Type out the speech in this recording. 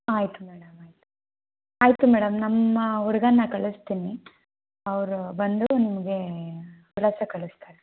ಆಯಿತು ಮೇಡಂ ಆಯಿತು ಆಯಿತು ಮೇಡಂ ನಮ್ಮ ಹುಡ್ಗನನ್ನ ಕಳಿಸ್ತೀನಿ ಅವರು ಬಂದು ನಿಮಗೆ ವಿಳಾಸ ಕಳಿಸ್ತಾರೆ